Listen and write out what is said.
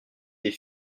des